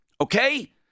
okay